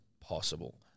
possible